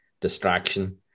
distraction